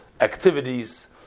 activities